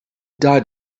died